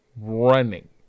running